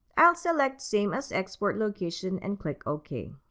i'll select same as export location and click ok.